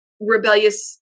rebellious